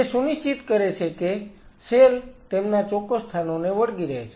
જે સુનિશ્ચિત કરે છે કે સેલ તેમના ચોક્કસ સ્થાનોને વળગી રહે છે